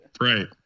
Right